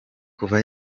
kuva